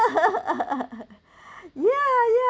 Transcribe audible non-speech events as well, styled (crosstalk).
(laughs) ya ya